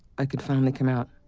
i could finally come out.